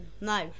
No